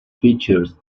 features